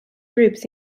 groups